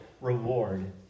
reward